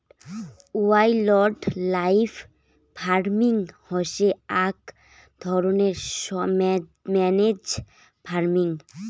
wildlife farming হসে আক ধরণের ম্যানেজড ফার্মিং